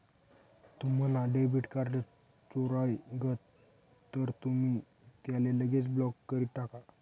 तुम्हना debit card चोराय गय तर तुमी त्याले लगेच ब्लॉक करी टाका